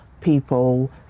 people